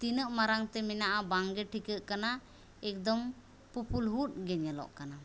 ᱛᱤᱱᱟᱹᱜ ᱢᱟᱨᱟᱝᱛᱮ ᱢᱮᱱᱟᱜᱼᱟ ᱵᱟᱝᱜᱮ ᱴᱷᱤᱠᱟᱹᱜ ᱠᱟᱱᱟ ᱮᱠᱫᱚᱢ ᱯᱩᱯᱩᱞᱦᱩᱫᱜᱮ ᱧᱮᱞᱚᱜ ᱠᱟᱱᱟ